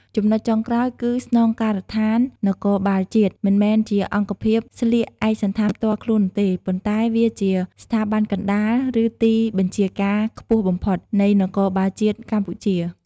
ចំណុចចុងក្រោយគឺស្នងការដ្ឋាននគរបាលជាតិ មិនមែនជាអង្គភាពស្លៀកឯកសណ្ឋានផ្ទាល់ខ្លួននោះទេ ប៉ុន្តែវាជា ស្ថាប័នកណ្ដាល ឬទីបញ្ជាការខ្ពស់បំផុត នៃនគរបាលជាតិកម្ពុជា។